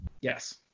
Yes